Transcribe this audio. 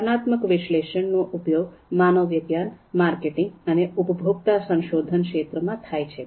વર્ણનાત્મક વિશ્લેષણ નો ઉપયોગ મનોવિજ્ઞાન માર્કેટિંગ અને ઉપભોક્તા સંશોધન ક્ષેત્રમાં થાય છે